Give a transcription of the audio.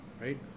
right